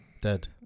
Dead